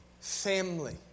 family